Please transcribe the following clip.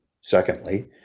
secondly